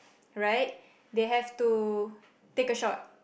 right they have to take a shot